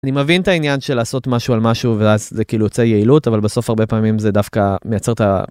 אני מבין את העניין של לעשות משהו על משהו ואז זה כאילו יוצא יעילות אבל בסוף הרבה פעמים זה דווקא מייצר את ה...